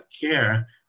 care